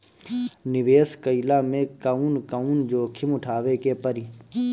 निवेस कईला मे कउन कउन जोखिम उठावे के परि?